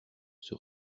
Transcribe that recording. sur